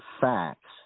facts